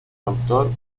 autor